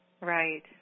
Right